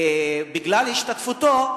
בגלל השתתפותו,